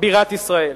בירת ישראל".